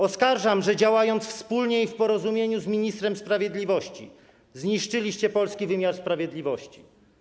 Oskarżam, że działając wspólnie i w porozumieniu z ministrem sprawiedliwości, zniszczyliście polski wymiar sprawiedliwości.